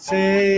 Say